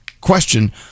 question